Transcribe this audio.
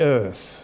earth